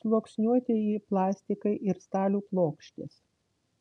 sluoksniuotieji plastikai ir stalių plokštės